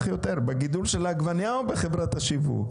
יותר: בגידול של העגבנייה או בחברת השיווק.